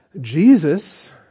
Jesus